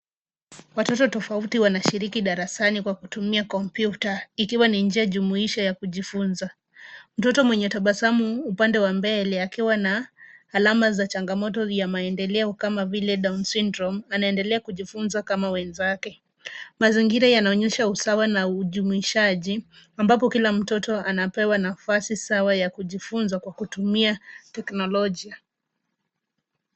Watoto tofauti wanashiriki darasani kwa kutumia kompyuta, ikiwa ni njia jumuisho ya kujifunza. Mtoto mwenye tabasamu, upande wa mbele, akiwa na alama za changamoto ya maendeleo kama vile: Down Syndrome , anaendelea kujifunza kama wenzake. Mazingira yanaonyesha usawa na ujumuishaji, ambapo kila mtoto anapewa nafasi sawa ya kujifunza kwa kutumia teknolojia.